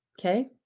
Okay